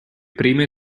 prime